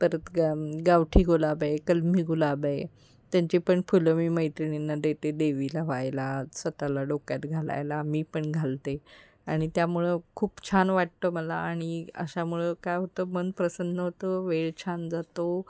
परत ग गावठी गुलाब आहे कलमी गुलाब आहे त्यांचे पण फुलं मी मैत्रणींना देते देवीला व्हायला स्वत ला डोक्यात घालायला मी पण घालते आणि त्यामुळं खूप छान वाटतं मला आणि अशामुळं काय होतं मन प्रसन्न होतं वेळ छान जातो